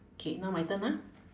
K now my turn ah